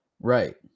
Right